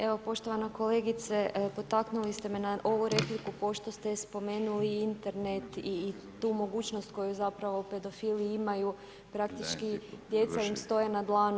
Evo poštovana kolegice, potaknuli ste me na ovu repliku pošto ste spomenuli Internet i tu mogućnost koju zapravo pedofili imaju praktički djeca im stoje na dlanu.